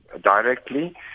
directly